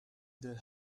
dead